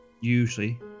Usually